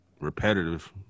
repetitive